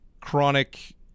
chronic